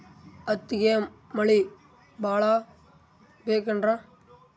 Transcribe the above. ಹತ್ತಿಗೆ ಮಳಿ ಭಾಳ ಬೇಕೆನ್ರ?